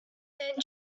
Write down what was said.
then